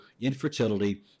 infertility